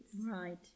right